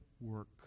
work